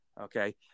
okay